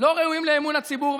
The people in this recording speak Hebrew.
לא ראויים לאמון הציבור.